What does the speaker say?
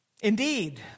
Indeed